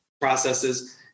processes